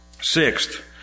Sixth